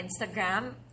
Instagram